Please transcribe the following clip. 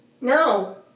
No